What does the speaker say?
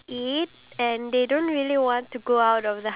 yes I find it easy